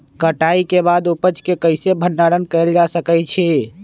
कटाई के बाद उपज के कईसे भंडारण कएल जा सकई छी?